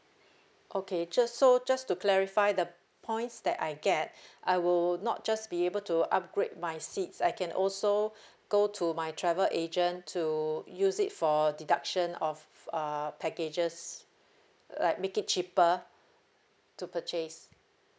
okay just so just to clarify the points that I get I will not just be able to upgrade my seats I can also go to my travel agent to use it for deduction of uh packages like make it cheaper to purchase